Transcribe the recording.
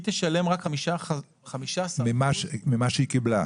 היא תשלם רק 15%. ממה שהיא קיבלה?